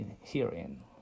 herein